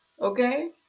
Okay